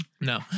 No